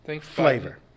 flavor